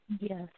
Yes